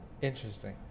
interesting